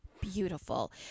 beautiful